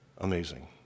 Amazing